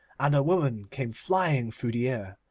and a woman came flying through the air.